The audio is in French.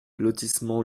lotissement